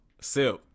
Sip